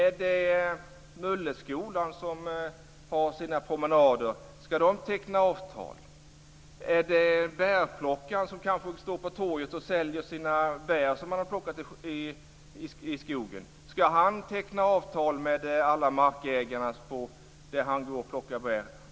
Är det mulleskolan med sina promenader som ska teckna avtal? Är det bärplockaren som står på torget och säljer de bär han har plockat i skogen som ska teckna avtal med alla som äger den mark där han går och plockar bär?